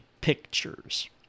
pictures